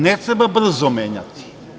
Ne treba ga brzo menjati.